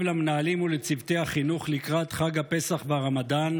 למנהלים ולצוותי החינוך לקראת חג הפסח והרמדאן,